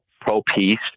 pro-peace